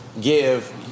give